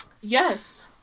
Yes